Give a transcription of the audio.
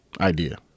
Idea